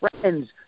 friends